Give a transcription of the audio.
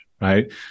right